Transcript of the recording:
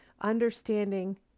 understanding